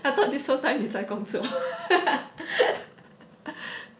I thought this whole time 你在工作